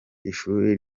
ishuri